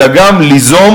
אלא גם ליזום.